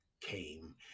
came